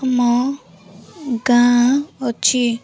ଆମ ଗାଁ ଅଛି